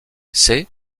c’est